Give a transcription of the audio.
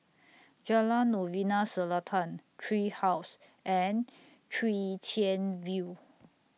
Jalan Novena Selatan Tree House and Chwee Chian View